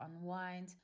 unwind